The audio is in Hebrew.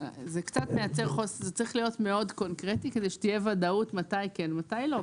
זה צריך להיות מאוד קונקרטי כדי שתהיה ודאות מתי כן ומתי לא.